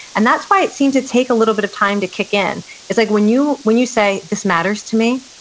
and that's why it seems to take a little bit of time to kick in it's like when you when you say, this matters to me,